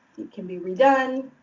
it can be redone.